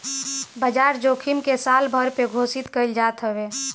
बाजार जोखिम के सालभर पे घोषित कईल जात हवे